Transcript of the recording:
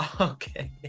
Okay